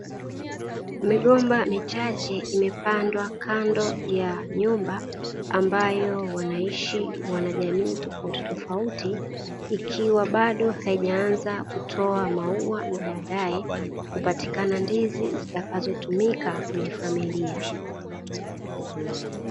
Migomba michache imepandwa kando ya nyumba ambayo wanaishi wanajamii tofautitofauti ikiwa bado haijaanza kutoa maua na badae kupatikana ndizi zitakazotumika kwenye familia.